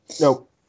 Nope